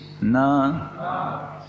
Na